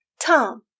Tom